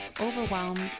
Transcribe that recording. overwhelmed